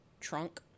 trunk